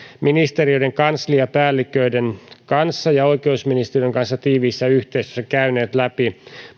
ministeriöiden kansliapäälliköiden ja oikeusministeriön kanssa tiiviissä yhteistyössä käyneet läpi